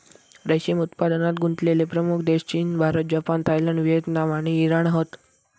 रेशीम उत्पादनात गुंतलेले प्रमुख देश चीन, भारत, जपान, थायलंड, व्हिएतनाम आणि इराण हत